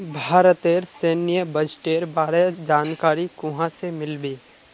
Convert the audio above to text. भारतेर सैन्य बजटेर बारे जानकारी कुहाँ से मिल बे